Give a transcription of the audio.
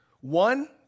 one